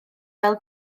fel